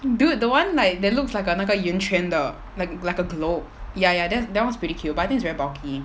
dude the one like that looks like a 那个圆圈的 lik~ like a globe ya ya that one's pretty cute but I think it's very bulky